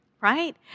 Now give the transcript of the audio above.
right